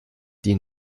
die